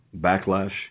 backlash